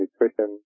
nutrition